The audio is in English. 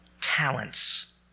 talents